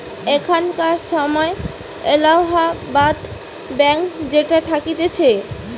এখানকার সময় এলাহাবাদ ব্যাঙ্ক যেটা থাকতিছে